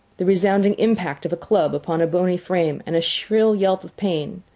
the resounding impact of a club upon a bony frame, and a shrill yelp of pain,